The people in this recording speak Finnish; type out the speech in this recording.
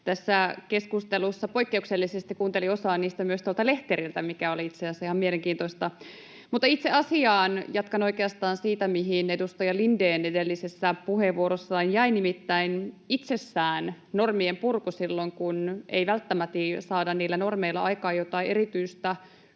tässä keskustelussa. Poikkeuksellisesti kuuntelin osan niistä myös tuolta lehteriltä, mikä oli itse asiassa ihan mielenkiintoista. Mutta itse asiaan. Jatkan oikeastaan siitä, mihin edustaja Lindén edellisessä puheenvuorossaan jäi, nimittäin itsessään normien purku silloin, kun ei välttämättä saada niillä normeilla aikaan jotain erityistä hyvää,